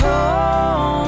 Home